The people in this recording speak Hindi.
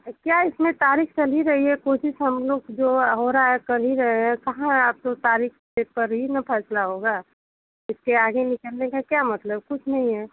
क्या इसमें तारीख चल ही रही है कोशिश हमलोग जो हो रहा है कर ही रहे हैं कहाँ आपके तारीख पर हीं न फैसला होगा इस से आगे निकालने का क्या मतलब कुछ नहीं है